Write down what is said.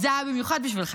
זה היה במיוחד בשבילך.